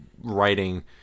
writing